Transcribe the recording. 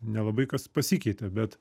nelabai kas pasikeitė bet